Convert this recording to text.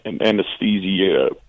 anesthesia